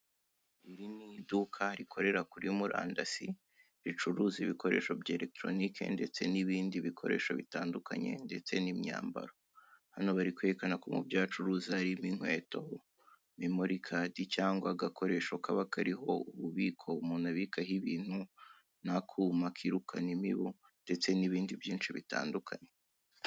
Iri ni iduka rikorera kuri murandasi bicuruza ibikoresho bya electronic ndetse nibindi bikoresho bitandukanye ndetse n'imyambaro ,hano bari kwerekana mubyo acuruza harimo inkweto, memurikade cyagwa agakoresho kaba kariho ububiko umuntu abikaho Ibintu na Kuma kirukana imibu ndetse nibindi byishi bitandukanye.